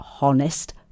Honest